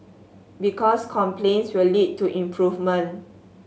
because complaints will lead to improvement